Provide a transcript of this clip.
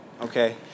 Okay